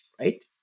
right